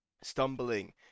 stumbling